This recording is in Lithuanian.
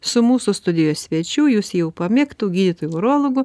su mūsų studijos svečiu jūs jau pamėgtu gydytoju urologu